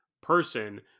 person